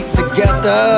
together